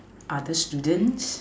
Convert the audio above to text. other students